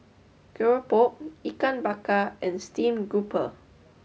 Keropok Ikan Bakar and Steamed Grouper